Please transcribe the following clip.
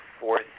fourth